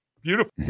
beautiful